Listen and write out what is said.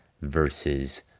versus